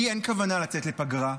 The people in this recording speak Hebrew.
לי אין כוונה לצאת לפגרה.